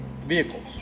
Vehicles